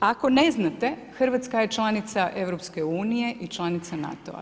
Ako ne znate, Hrvatska je članica EU-a i članica NATO-a.